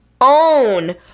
own